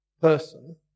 person